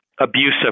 abusive